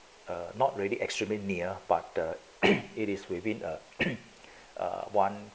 err not really extremely near but the it is within a err one